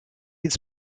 its